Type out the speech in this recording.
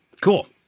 Cool